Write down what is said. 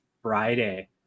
friday